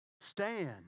stand